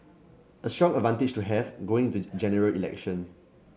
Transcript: a strong advantage to have going into a General Election